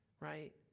right